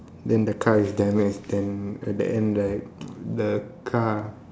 then the car is damaged then at the end right the car